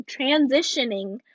transitioning